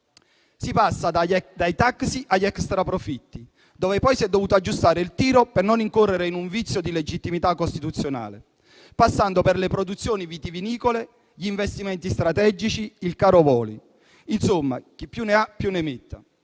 Si passa dai taxi agli extraprofitti, dove poi si è dovuto aggiustare il tiro per non incorrere in un vizio di legittimità costituzionale, passando per le produzioni vitivinicole, gli investimenti strategici, il caro voli; insomma, chi più ne ha, più ne metta.